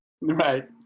Right